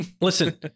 listen